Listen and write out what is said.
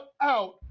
out